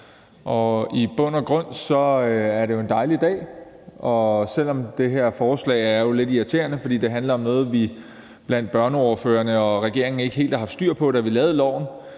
I bund og grund er det jo en dejlig dag, og selv om det her forslag jo er lidt irriterende, fordi det handler om noget, som vi blandt børneordførerne og regeringen ikke helt har haft styr på, da vi lavede loven,